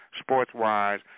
sports-wise